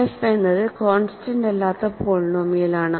f എന്നത് constant അല്ലാത്ത പോളിനോമിയലാണ്